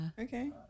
Okay